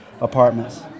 apartments